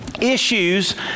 Issues